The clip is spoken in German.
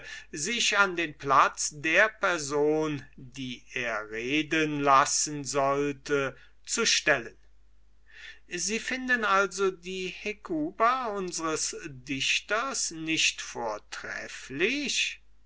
sich an den platz der person die er reden lassen soll zu stellen sie finden also die hekuba unsers dichters nicht vortrefflich